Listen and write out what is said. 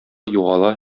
югала